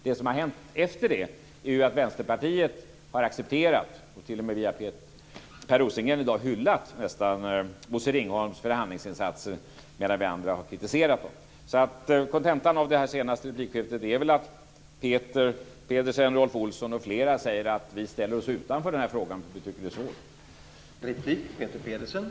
Det som har hänt efter det är att Vänsterpartiet har accepterat och t.o.m. via Per Rosengren i dag nästan hyllat Bosse Ringholms förhandlingsinsatser, medan vi andra har kritiserat dem. Kontentan av detta senaste replikskifte är väl att Peter Pedersen, Rolf Olsson och flera säger att de ställer sig utanför denna fråga därför att de tycker att den är svår.